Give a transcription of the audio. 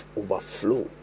overflow